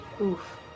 oof